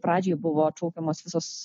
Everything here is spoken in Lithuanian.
pradžioj buvo atšaukiamos visos